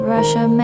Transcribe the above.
Russia